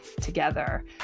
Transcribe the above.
together